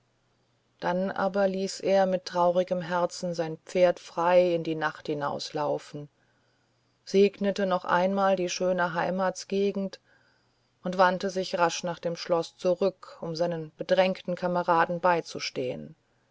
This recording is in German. dann aber ließ er mit traurigem herzen sein pferd frei in die nacht hinauslaufen segnete noch einmal die schöne heimatsgegend und wandte sich rasch nach dem schloß zurück um seinen bedrängten kameraden beizustehen